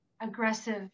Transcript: aggressive